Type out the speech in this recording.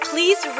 Please